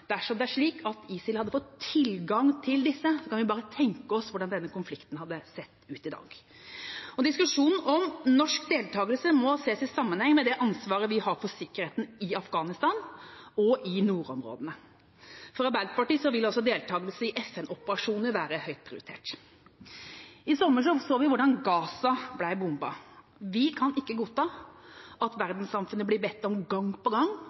Dersom det er slik at ISIL hadde fått tilgang til disse, kan vi bare tenke oss hvordan denne konflikten hadde sett ut i dag. Diskusjonen om norsk deltakelse må ses i sammenheng med det ansvaret vi har for sikkerheten i Afghanistan og i nordområdene. For Arbeiderpartiet vil også deltakelse i FN-operasjoner være høyt prioritert. I sommer så vi hvordan Gaza ble bombet. Vi kan ikke godta at verdenssamfunnet gang på gang blir bedt om